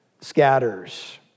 scatters